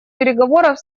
переговоров